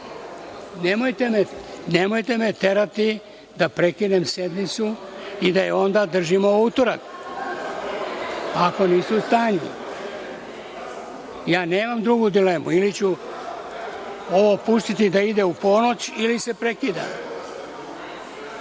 Nemojte me terati da prekinem sednicu i da je onda držimo u utorak, ako niste u stanju. Ja nemam drugu dilemu, ili ću ovo pustiti da ide u ponoć, ili se